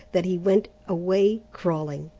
that he went away crawling.